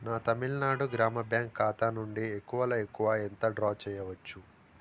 నా తమిళనాడు గ్రామ బ్యాంక్ ఖాతా నుండి ఎక్కువలో ఎక్కువ ఎంత డ్రా చెయ్యవచ్చు